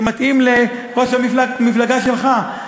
שמתאים לראש המפלגה שלך,